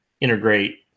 integrate